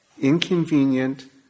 inconvenient